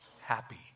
Happy